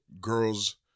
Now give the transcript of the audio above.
Girls